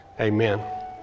amen